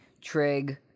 trig